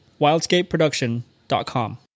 wildscapeproduction.com